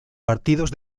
partidos